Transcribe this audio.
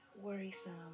worrisome